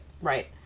right